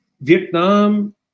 Vietnam